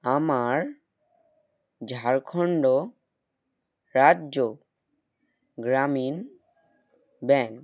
আমার ঝাড়খন্ড রাজ্য গ্রামীণ ব্যাংক